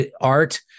art